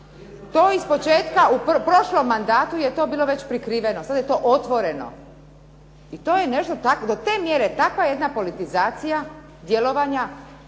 To ispočetka, u prošlom mandatu je to bilo već prikriveno. Sad je to otvoreno i to je nešto do te mjere takva jedna politizacija djelovanja